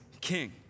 King